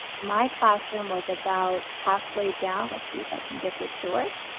my classroom was about halfway down, let's see if i can get this to work,